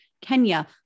Kenya